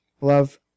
Love